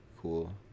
Cool